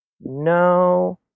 No